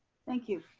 thank you.